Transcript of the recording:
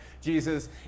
Jesus